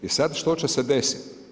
I sad što će se desit?